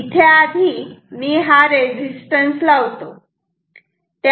इथे आधी मी हा रेजिस्टन्स लावतो